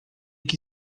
que